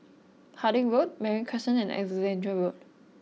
Harding Road Marine Crescent and Alexandra Road